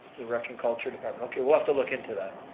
the rec and culture department, okay, we'll have to look into that.